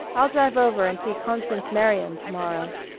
i'll drive over and see constance merriam to-morrow.